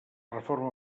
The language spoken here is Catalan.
reforma